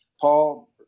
Paul